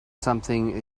something